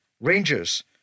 Rangers